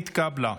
התקבלה.